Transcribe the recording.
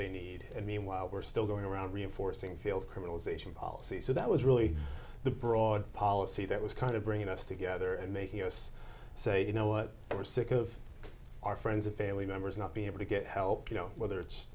they need and meanwhile we're still going around reinforcing field criminalization policies so that was really the broad policy that was kind of bringing us together and making us say you know we're sick of our friends and family members not being able to get help you know whether it's